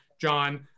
John